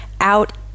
out